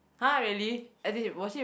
!huh! really as in will she